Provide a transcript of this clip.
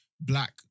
Black